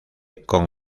con